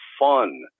fun